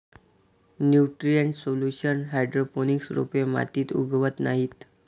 nutrient solution hydroponics रोपे मातीत उगवत नाहीत